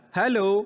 Hello